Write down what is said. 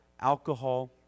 alcohol